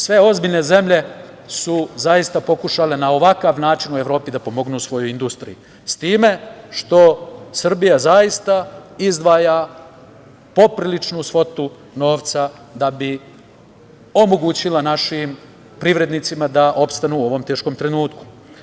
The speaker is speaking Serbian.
Sve ozbiljne zemlje su zaista pokušale na ovakav način u Evropi da pomognu svojoj industriji, time što Srbija zaista izdvaja popriličnu svotu novca da bi omogućila našim privrednicima da opstanu u ovom teškom trenutku.